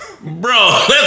Bro